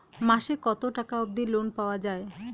মাসে কত টাকা অবধি লোন পাওয়া য়ায়?